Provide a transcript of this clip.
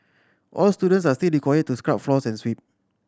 all students are still required to scrub floors and sweep